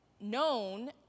known